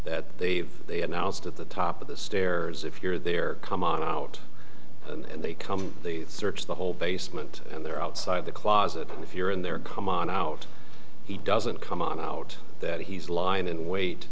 that they've they announced at the top of the stairs if you're there come on out and they come they search the whole basement and they're outside the closet if you're in there come on out he doesn't come out that he's lying in w